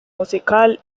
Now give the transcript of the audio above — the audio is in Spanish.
musical